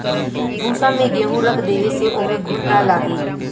भूसा में गेंहू रख देवे से ओमे घुन ना लागे